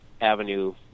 avenue